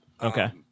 Okay